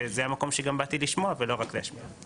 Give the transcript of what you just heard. וזה המקום שממנו באתי גם לשמוע ולא רק להשמיע.